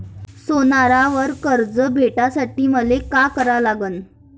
सोन्यावर कर्ज भेटासाठी मले का करा लागन?